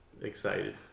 excited